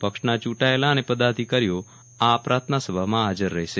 પક્ષના ચૂંટાયેલા અને પદાધિકારીઓ આ પ્રાર્થના સભામાં હાજર રહેશે